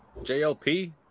JLP